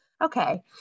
Okay